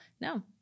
no